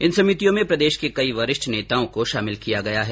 इन समितियों में प्रदेश के कई वरिष्ठ नेताओं को शामिल किया गया है